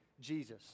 Jesus